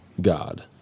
God